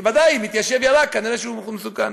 כי ודאי, אם מתיישב ירה, הוא כנראה מסוכן.